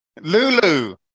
Lulu